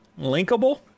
Linkable